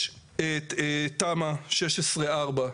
יש תמ"א 16 / 4,